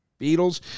Beatles